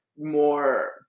more